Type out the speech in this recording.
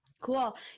Cool